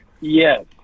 Yes